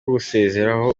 kumusezeraho